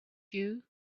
you